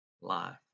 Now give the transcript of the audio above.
life